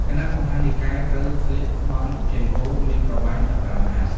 គណៈមហានិកាយ ត្រូវស្លៀកស្បង់ចីវរមានប្រវែង ១៥ ហត្ថ។